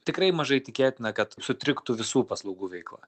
tikrai mažai tikėtina kad sutriktų visų paslaugų veikla